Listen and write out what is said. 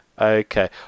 Okay